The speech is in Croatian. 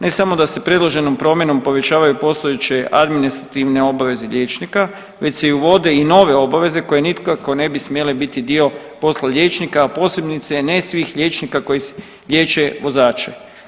Ne samo da se predloženom promjenom povećavaju postojeće administrativne obaveze liječnika, već se i uvode i nove obaveze koje nikako ne bi smjele biti dio posla liječnika, a posebice ne svih liječnika koji liječe vozače.